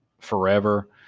forever